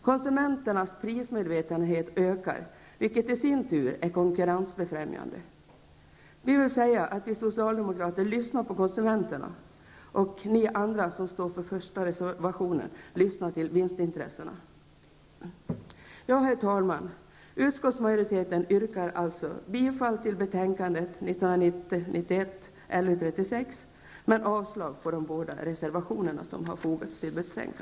Konsumenternas prismedvetenhet ökar, vilket i sin tur är konkurrensbefrämjande. Vi socialdemokrater lyssnar alltså på konsumenterna, och ni andra som står bakom reservation 1 lyssnar på vinstintressena. Herr talman! Jag yrkar bifall till utskottsmajoritetens hemställan i betänkandet och avslag på de båda reservationerna.